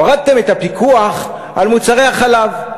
הורדתם את הפיקוח על מוצרי החלב.